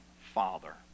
Father